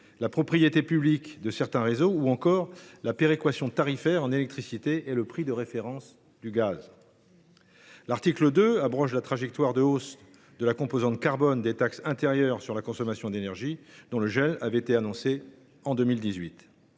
la propriété publique de certains réseaux ou encore la péréquation tarifaire en électricité et le prix de référence du gaz. L’article 2 tend à abroger la trajectoire de hausse de la composante carbone des taxes intérieures sur la consommation d’énergie, dont le gel avait été annoncé en 2018.